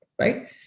right